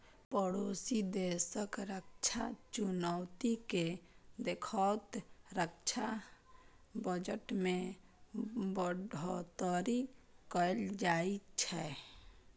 पड़ोसी देशक रक्षा चुनौती कें देखैत रक्षा बजट मे बढ़ोतरी कैल जाइ छै